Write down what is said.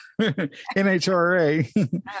NHRA